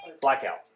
Blackout